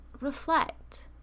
reflect